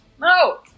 no